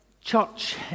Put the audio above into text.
Church